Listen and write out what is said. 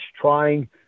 trying